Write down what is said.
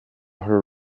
her